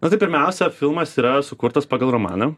nu tai pirmiausia filmas yra sukurtas pagal romaną